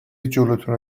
جلوتونو